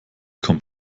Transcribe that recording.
kommt